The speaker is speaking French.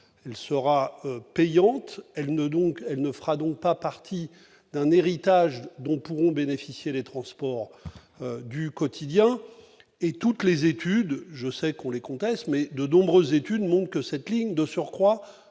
elle ne donc elle ne fera donc pas partie d'un héritage dont pourront bénéficier les transports du quotidien et toutes les études, je sais qu'on les conteste, mais de nombreuses études, donc cette ligne de surcroît